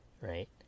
right